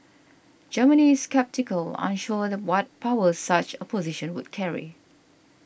Germany sceptical unsure what powers such a position would carry